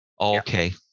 Okay